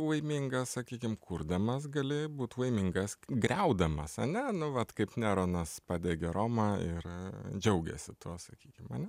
laimingas sakykim kurdamas gali būt laimingas griaudamas ane nu vat kaip neronas padegė romą ir džiaugėsi tuo sakykim ane